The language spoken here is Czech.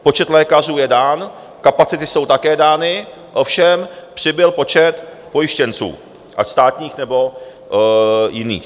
Počet lékařů je dán, kapacity jsou také dány, ovšem přibyl počet pojištěnců, ať státních, nebo jiných.